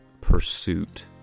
pursuit